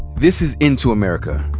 this is into america.